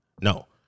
no